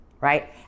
right